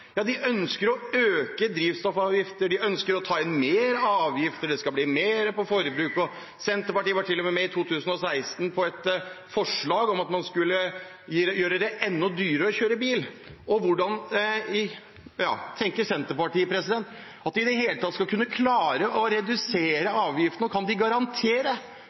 ønsker å øke drivstoffavgifter, de ønsker å ta inn mer avgifter, og det skal bli mer på forbruk – Senterpartiet var til og med i 2016 med på et forslag om at man skulle gjøre det enda dyrere å kjøre bil. Tenker Senterpartiet at de i det hele tatt skal kunne klare å redusere avgiftene? Og kan de garantere